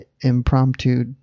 impromptu